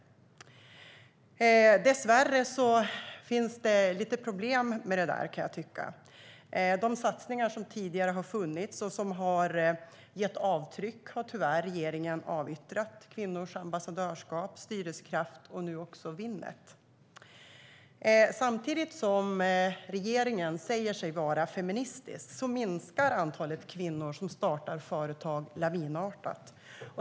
Dessvärre tycker jag att det finns lite problem med detta. De satsningar som tidigare har funnits och som har gett avtryck har regeringen tyvärr avyttrat - Ambassadörer för kvinnors företagande, Styrelsekraft och nu också Winnet. Samtidigt som regeringen säger sig vara feministisk minskar antalet kvinnor som startar företag lavinartat.